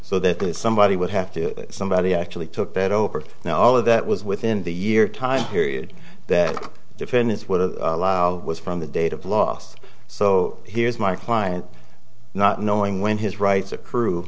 so that somebody would have to somebody actually took that over now all of that was within the year time period that defendants would allow was from the date of last so here's my client not knowing when his rights